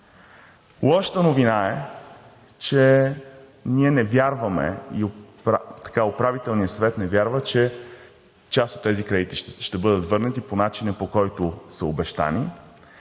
Лошата новина е, че ние не вярваме и Управителният съвет не вярва, че част от тези кредити ще бъдат върнати по начина, по който са обещани,